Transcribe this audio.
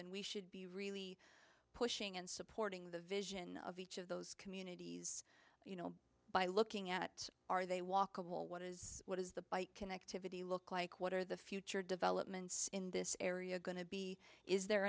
and we should be really pushing and supporting the vision of each of those communities you know by looking at are they walkable what is what is the bike connectivity look like what are the future developments in this area going to be is there